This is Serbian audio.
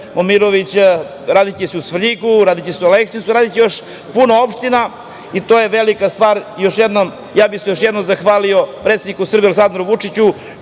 Momirović, radiće se u Svrljigu, radiće se u Aleksincu, radiće se u još puno opština i to je velika stvar. Još jednom bih se zahvalio predsedniku Srbije, Aleksandru Vučiću